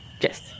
Yes